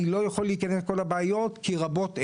אני לא יכול להיכנס פה לבעיות, כי רבות הן.